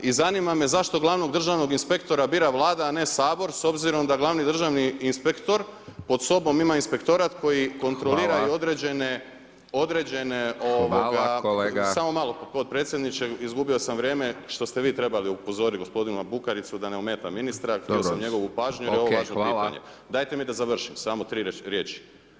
I zanima me zašto gl. državnog inspektora bira Vlada, a ne Sabor, s obzirom da gl. državni inspektor pod sobom ima inspektorat koji kontrolira i određene [[Upadica Hajdaš Dončić: Hvala kolega.]] samo malo potpredsjedniče, izgubio sam vrijeme što ste vi trebali upozoriti gospodina Bukaricu da ne ometa ministra, htio sam njegovu pažnju, jer je ovo važno pitanje [[Upadica Hajdaš Dončić: Dobro, ok, hvala.]] Dajte mi da završim, samo 3 riječi.